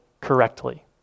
correctly